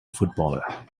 footballer